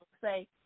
say